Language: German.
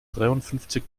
dreiundfünfzig